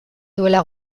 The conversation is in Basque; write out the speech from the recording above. duela